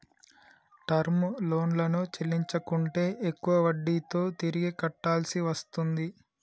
term లోన్లను చెల్లించకుంటే ఎక్కువ వడ్డీతో తిరిగి కట్టాల్సి వస్తుంది